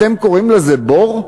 אתם קוראים לזה "בור"?